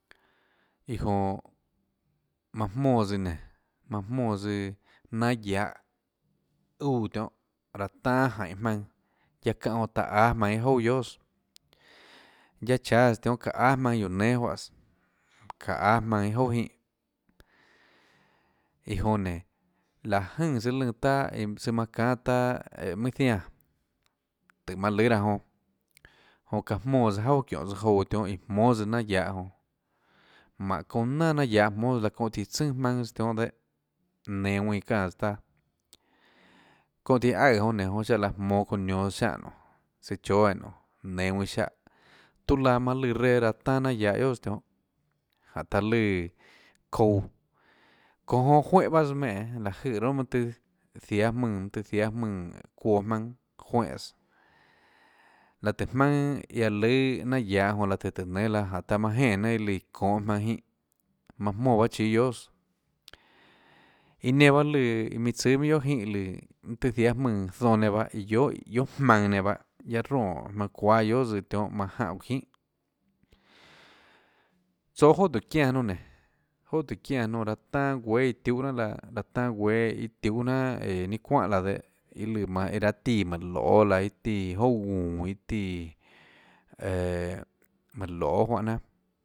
Iâ jonã manã jmónã tsøã nénå jmónã tsøã nanâ guiahå úã tionhâ tanâ jaínhå jmaønã guiaâ çánhã jonã taã áâ jmaønã iâ jouà guiohàs guiaâ cháâs tionhâ çaã áâ jmaønã guióå nénâ juáhãs çaã áâ jmaønã iâ jouà jínhã iã jonã nénå láh jønè tsøã lùnã taâ søã manã çánâ taâ õå mønâ ziáã tùhå manã lùâ laã jonã jonã çaã jmónã juaà çiónhå tsøã jouã tionhâ iã jmónâ tsøã nanâ guiahå jonã jmánhå çounã nanà guiahå jmónâ laã çónhã tíã tsønà jmaønâ tsøã tionhâ dehâ nenå ðuinã çánãs taâ çónhã tíã aøè jonã nénå jonã siáhã laã jmonå çounã nionå ziánhã nonê søã chóâ eínã nonê nenå ðuinã ziáhã søã chóâ eínã nonê nenå ðuinã ziáhã tuâ laã manã lùã reã raâ tanâ nanâ guiahå guiohàs tionhà jánhå taã lùã çouã çounã jonã juénhã bas ménhå láhå jøè ronà mønâ tøhê jiáã jmùnã mønâ tøhê jiáã jmùnã çuoã jmaønâ juénhãs láhå tùhå jmaønâ iã aã lùã nanâ guiahå jonã láhå tùhå tùå táå nénâ laã taã manã jenè jnanà iã lùã çonhå jmaønã jínhã manã jmónã bahâ chíâ guiohàs iã nenã bahâ lùã minã tsùâ guiohà jínhã lùã mønâ tøhê jiáâ jmùnã zonâ nenã bahâ iã guiohà jmaønã nenã bahâ guiaâ ronè jmaønã çuáâ guiohà tsøã tionhà manã jánhã guã çinhà tsoå joà tùhå çiánã nonê nénå joà tùhå çiánã nonê láhå tanâ nonã ráhå tanâ guéâ iã tiuhâ jnanà laã ráå tanâ guéâ iâ tiuhâ jnanà ninâ çuánhà laã dehâ iâ lùã manâ raâ tíã manã loê laã iâ tíã â jouà guúnå iâ tía manã loê juánhã jnanà.